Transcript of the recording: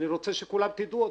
ואני רוצה שכולכם תדעו אותו.